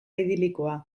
idilikoa